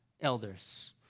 elders